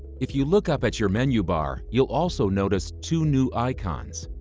if you look up at your menu bar, you'll also notice two new icons.